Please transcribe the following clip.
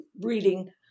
reading